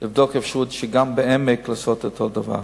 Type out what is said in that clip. לבדוק אפשרות לעשות את אותו הדבר